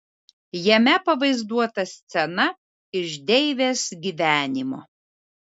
jame pavaizduota scena iš deivės gyvenimo